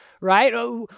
right